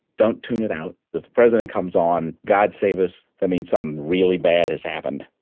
don't tune it out if the president comes on, god save us, that means something really bad has happened.